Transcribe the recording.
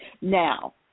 Now